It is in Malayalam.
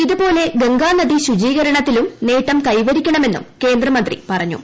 ഇതുപോലെ ഗംഗാനദി ശുചീകരണത്തിലും നേട്ടം കൈവരിക്കണമെന്നും കേന്ദ്രമന്ത്രി പുറ്റഞ്ഞു